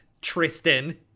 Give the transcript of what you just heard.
Tristan